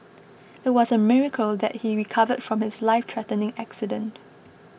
it was a miracle that he recovered from his lifethreatening accident